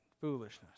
foolishness